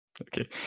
Okay